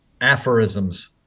aphorisms